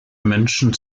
menschen